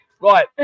Right